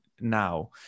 now